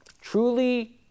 Truly